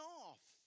off